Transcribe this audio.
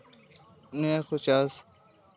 ᱱᱤᱭᱟᱹ ᱠᱚ ᱪᱟᱥ